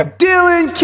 Dylan